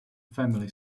family